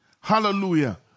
hallelujah